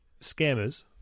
scammers